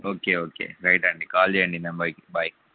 okay okay right అండి call చేయండి నెంబర్కి బాయ్